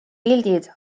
pildid